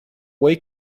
wei